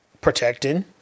protecting